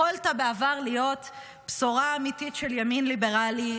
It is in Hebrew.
יכולת בעבר להיות בשורה אמיתית של ימין ליברלי,